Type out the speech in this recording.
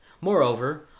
Moreover